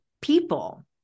people